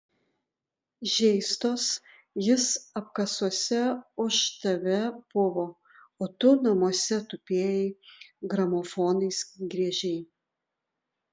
žeistos jis apkasuose už tave puvo o tu namuose tupėjai gramofonais griežei